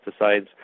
pesticides